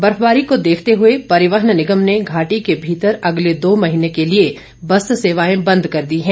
बर्फबारी को देखते हुए परिवहन निगम ने घाटी के भीतर अगले दो महीने के लिए बस सेवाएं बंद कर दी है